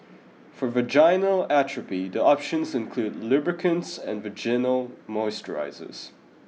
for vaginal atrophy the options include lubricants and vaginal moisturisers